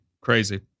crazy